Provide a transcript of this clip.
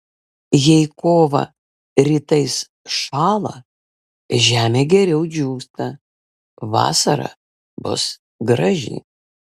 jei kovą rytais šąla žemė geriau džiūsta vasara bus graži